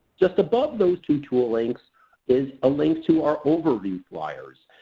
just above those two tool links is a link to our overview flyers.